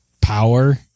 power